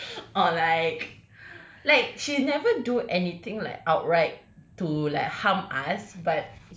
ah like like she never do anything like outright to like harm us but